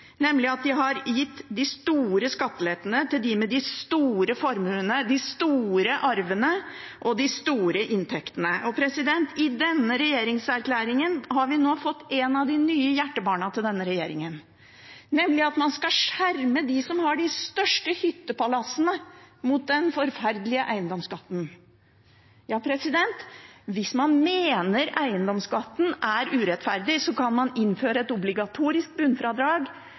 nemlig gitt de store skattelettene til dem med de store formuene, de store arvene og de store inntektene. I denne regjeringserklæringen har vi fått høre om et av de nye hjertebarna til denne regjeringen, nemlig at man skal skjerme dem som har de største hyttepalassene, mot den forferdelige eiendomsskatten. Hvis man mener at eiendomsskatten er urettferdig, kan man innføre et obligatorisk bunnfradrag